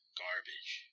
garbage